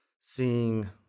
seeing